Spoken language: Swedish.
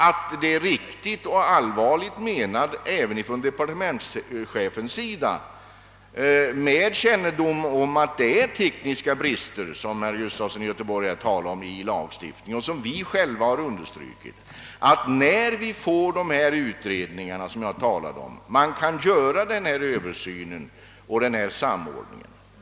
Vidare vill jag här understryka att departementschefen med kännedom om de tekniska brister som herr Gustafson i Göteborg talade om och som vi själva har understrukit menar allvar med att man, när resultatet av de undersökningar jag talade om föreligger, skall göra ifrågavarande översyn och samordning.